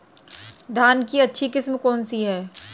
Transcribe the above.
धान की अच्छी किस्म कौन सी है?